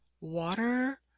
water